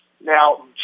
Now